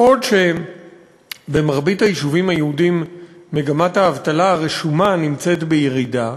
בעוד במרבית היישובים היהודיים מגמת האבטלה הרשומה נמצאת בירידה,